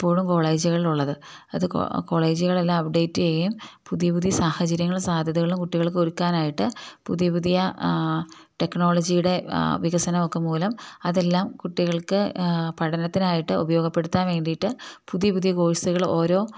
ഇപ്പോഴും കോളേജുകളിലുള്ളത് അത് കോളേജുകളെല്ലാം അപ്ഡേറ്റ് ചെയ്യുകയും പുതിയ പുതിയ സാഹചര്യങ്ങളും സാധ്യതകളും കുട്ടികൾക്കൊരുക്കാനായിട്ട് പുതിയ പുതിയ ടെക്നോളജിയുടെ വികസനമൊക്കെ മൂലം അതെല്ലാം കുട്ടികൾക്ക് പഠനത്തിനായിട്ട് ഉപയോഗപ്പെടുത്താൻ വേണ്ടിയിട്ട് പുതിയ പുതിയ കോഴ്സുകൾ ഓരോ